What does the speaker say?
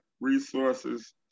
resources